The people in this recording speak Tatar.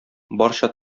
барча